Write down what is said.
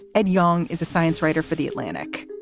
ed yong is a science writer for the atlantic